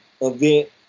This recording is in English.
event